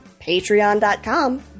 patreon.com